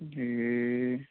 ए